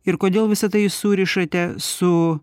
ir kodėl visa tai surišate su